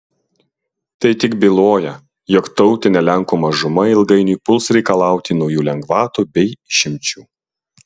tai tik byloja jog tautinė lenkų mažuma ilgainiui puls reikalauti naujų lengvatų bei išimčių